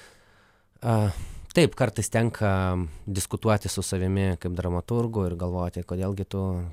a taip kartais tenka diskutuoti su savimi kaip dramaturgu ir galvoti kodėl gi tu